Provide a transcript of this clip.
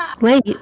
Wait